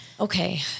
Okay